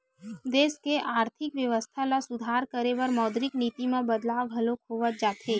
देस के आरथिक बेवस्था ल सुधार करे बर मौद्रिक नीति म बदलाव घलो होवत जाथे